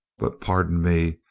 but pardon me.